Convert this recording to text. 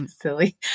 silly